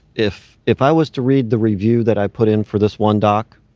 if if i was to read the review that i put in for this one dock,